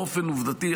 באופן עובדתי,